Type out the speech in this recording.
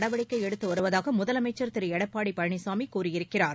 நடவடிக்கை எடுத்து வருவதாக முதலமைச்சர் திரு எடப்பாடி பழனிசாமி கூறியிருக்கிறார்